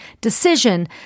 decision